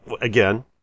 again